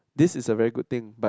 this is a very good thing but